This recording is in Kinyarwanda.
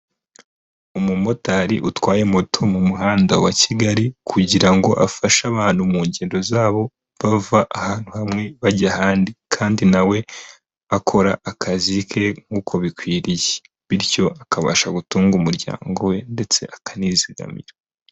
Umumotari utwaye moto mu muhanda wa Kigali kugira ngo afashe abantu mu ngendo zabo bava ahatu hamwe bajya ahandi, kandi na we akora akazi ke nk'uko bikwiriye bityo akabasha gutunga umuryango we ndetse akanizigamira.